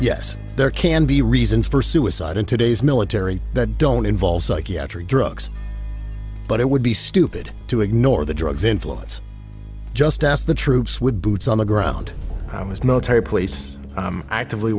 yes there can be reasons for suicide in today's military that don't involve psychiatric drugs but it would be stupid to ignore the drugs influence just as the troops with boots on the ground i was military place actively